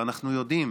הרי אנחנו יודעים